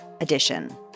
edition